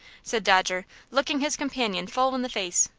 said dodger, looking his companion full in the face.